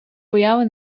появи